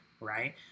right